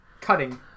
Cutting